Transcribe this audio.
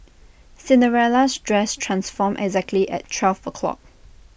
Cinderella's dress transformed exactly at twelve o'clock